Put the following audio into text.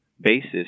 basis